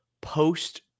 post